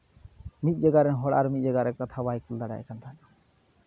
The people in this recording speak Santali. ᱢᱤᱫ ᱡᱟᱭᱜᱟ ᱨᱮ ᱦᱚᱲ ᱟᱨ ᱢᱤᱫ ᱡᱟᱭᱜᱟ ᱨᱮ ᱠᱟᱛᱷᱟ ᱵᱟᱭ ᱠᱩᱞ ᱫᱟᱲᱮᱭᱟᱭ ᱠᱟᱱ ᱛᱟᱦᱮᱱᱟ